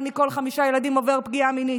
מכל חמישה ילדים עובר פגיעה מינית.